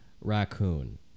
raccoon